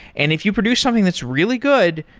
and if you produce something that's really good,